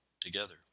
together